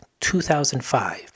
2005